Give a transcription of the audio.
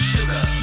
Sugar